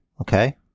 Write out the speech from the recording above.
Okay